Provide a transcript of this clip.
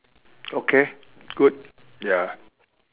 okay good ya